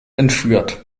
entführt